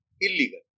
illegal